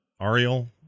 Ariel